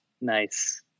Nice